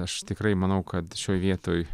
aš tikrai manau kad šioj vietoj